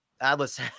Atlas